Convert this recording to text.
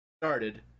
started